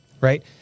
right